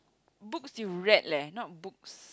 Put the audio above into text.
books you read leh not books